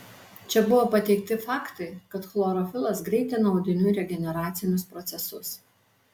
čia buvo pateikti faktai kad chlorofilas greitina audinių regeneracinius procesus